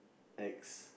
X